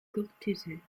courtesy